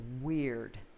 weird